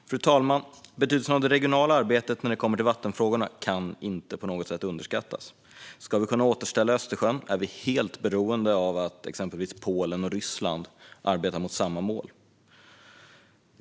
Fru talman! Betydelsen av det regionala arbetet vad gäller vattenfrågorna kan inte på något sätt underskattas. Ska vi kunna återställa Östersjön är vi helt beroende av att exempelvis Polen och Ryssland arbetar mot samma mål.